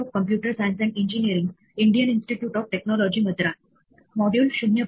उदाहरणार्थ आपल्याजवळ x divided by Z असे एक्सप्रेशन आहे आणि झेड ची व्हॅल्यू शून्य आहे